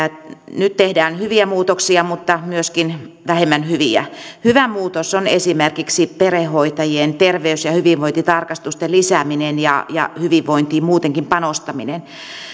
nyt tehdään hyviä muutoksia mutta myöskin vähemmän hyviä hyvä muutos on esimerkiksi perhehoitajien terveys ja hyvinvointitarkastusten lisääminen ja ja hyvinvointiin muutenkin panostaminen